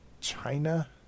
China